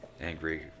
angry